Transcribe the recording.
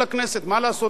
כשהוא מציג את זה